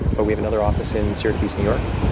but we have another office in syracuse, new york.